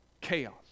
Chaos